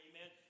amen